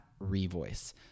Revoice